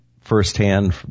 firsthand